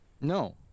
No